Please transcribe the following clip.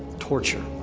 torture,